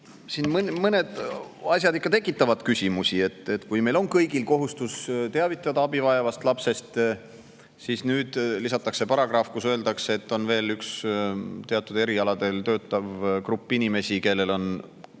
siin mõned asjad ikka tekitavad küsimusi. Kui meil on kõigil kohustus teavitada abi vajavast lapsest, siis nüüd lisatakse paragrahv, kus öeldakse, et on veel üks teatud erialadel töötav grupp inimesi, kellel on